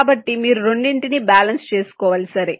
కాబట్టి మీరు రెండిటిని బ్యాలన్స్ చేసుకోవాలి సరే